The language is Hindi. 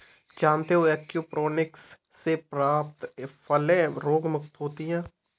जानते हो एयरोपोनिक्स से प्राप्त फलें रोगमुक्त होती हैं